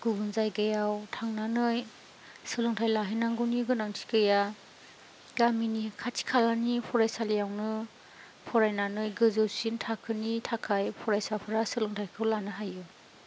गुबुन जायगायाव थांनानै सोलोंथाय लाहैनांगौनि गोनांथि गैया गामिनि खाथि खालानि फरायसालियावनो फरायनानै गोजौसिन थाखोनि थाखाय फरायसाफ्रा सोलोंथायखौ लानो हायो